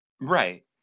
right